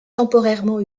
temporairement